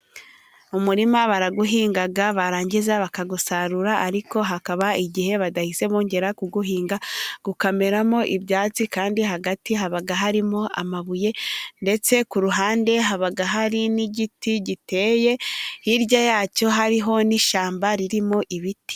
Umurima barawuhinga barangiza bakawusarura. Ariko hakaba igihe badahise bongera kuwuhinga, ukameramo ibyatsi kandi hagati haba harimo amabuye, ndetse ku ruhande haba hari n'igiti giteye. Hirya yacyo hariho n'ishyamba ririmo ibiti.